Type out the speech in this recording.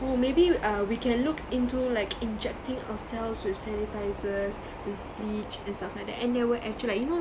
oh maybe uh we can look into like injecting ourselves with sanitizers with bleach and stuff like there were actua~ like you know